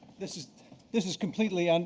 this is this is completely and